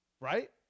Right